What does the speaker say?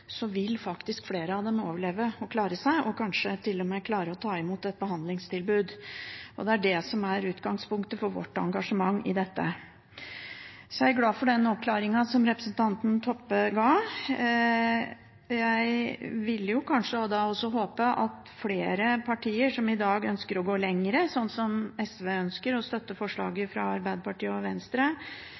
vil faktisk flere av dem overleve, klare seg og kanskje til og med klare å ta imot et behandlingstilbud. Det er det som er utgangspunktet for vårt engasjement i dette. Så er jeg glad for den oppklaringen som representanten Toppe ga. Jeg ville kanskje da også håpe at flere partier som i dag ønsker å gå lenger – sånn som SV ønsker, og støtter forslaget fra Arbeiderpartiet og Venstre